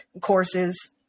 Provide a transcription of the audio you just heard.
courses